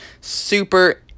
super